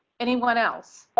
anyone else